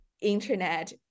internet